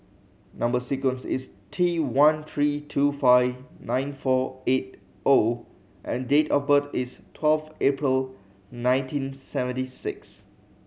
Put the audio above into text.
number sequence is T one three two five nine four eight O and date of birth is twelve April nineteen seventy six